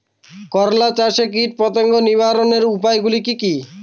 করলা চাষে কীটপতঙ্গ নিবারণের উপায়গুলি কি কী?